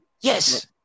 Yes